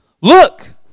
look